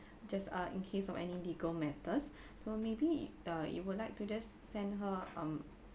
just ah in case of any legal matters so maybe uh you would like to just send her um